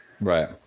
Right